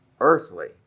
earthly